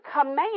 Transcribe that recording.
command